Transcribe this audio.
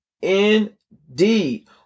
indeed